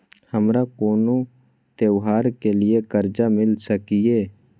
हमारा कोनो त्योहार के लिए कर्जा मिल सकीये?